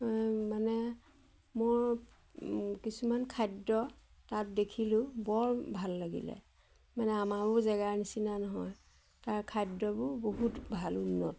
মানে মোৰ কিছুমান খাদ্য তাত দেখিলোঁ বৰ ভাল লাগিলে মানে আমাৰবোৰ জেগাৰ নিচিনা নহয় তাৰ খাদ্যবোৰ বহুত ভাল উন্নত